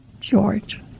George